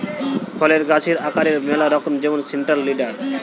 ফলের গাছের আকারের ম্যালা রকম যেমন সেন্ট্রাল লিডার